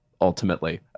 ultimately